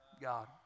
god